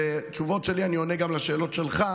אני מקווה שבתשובות שלי אני עונה גם על השאלות שלך.